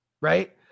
right